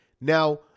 Now